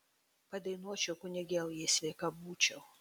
padainuočiau kunigėl jei sveika būčiau